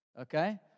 Okay